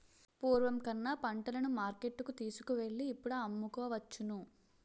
పూర్వం కన్నా పంటలను మార్కెట్టుకు తీసుకువెళ్ళి ఇప్పుడు అమ్ముకోవచ్చును